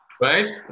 Right